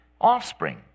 offspring